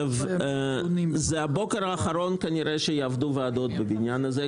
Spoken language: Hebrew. זה כנראה הבוקר האחרון שיעבדו הוועדות בבניין הזה.